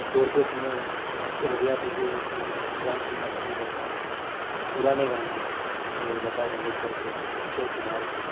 दौड़ते समय सबसे बढ़िया तो ये है कि मैं गाने सुनना पसंद करता हूँ पुराने गाने जो लता मंगेशकर के हैं किशोर कुमार के हैं